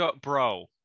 Bro